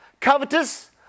covetous